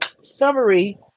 summary